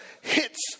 hits